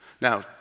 Now